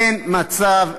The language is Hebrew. אין מצב.